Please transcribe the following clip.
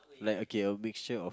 like okay a mixture of